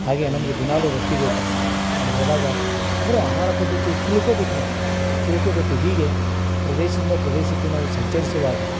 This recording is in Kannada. ಹಾಗೇ ನಮ್ಗೆ ದಿನಾಲು ರೊಟ್ಟಿ ಬೇಕು ಅಲ್ಲಿ ಹೋದಾಗ ಅಂದರೆ ಆಹಾರ ಪದ್ಧತಿ ತಿಳ್ಕೋಬೇಕು ನಾವು ತಿಳ್ಕೋಬೇಕು ಹೀಗೆ ಪ್ರದೇಶದಿಂದ ಪ್ರದೇಶಕ್ಕೆ ನಾವು ಸಂಚರಿಸುವಾಗ